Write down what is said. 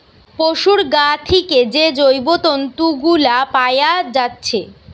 পোশুর গা থিকে যে জৈব তন্তু গুলা পাআ যাচ্ছে